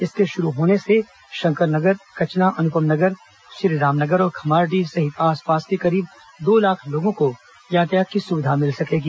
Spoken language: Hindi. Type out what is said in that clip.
इसके शुरू होने से शंकर नगर कचना अनुपम नगर श्रीराम नगर और खम्हारडीह सहित आसपास के करीब दो लाख लोगों को यातायात की सुविधा मिल सकेगी